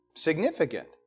Significant